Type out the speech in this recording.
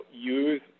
use